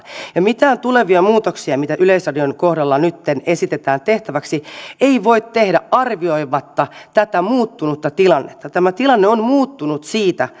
mitään tulevia muutoksia mitä yleisradion kohdalla nytten esitetään tehtäväksi ei voi tehdä arvioimatta tätä muuttunutta tilannetta tämä tilanne on muuttunut siitä